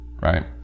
right